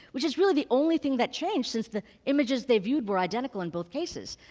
which is really the only thing that changed, since the images they viewed were identical in both cases,